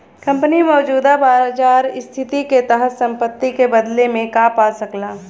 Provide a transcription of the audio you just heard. company मौजूदा बाजार स्थिति के तहत संपत्ति के बदले में का पा सकला